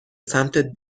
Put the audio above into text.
سمتت